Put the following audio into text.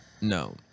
no